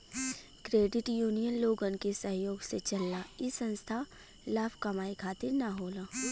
credit union लोगन के सहयोग से चलला इ संस्था लाभ कमाये खातिर न होला